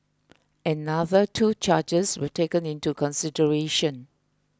another two charges were taken into consideration